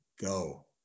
go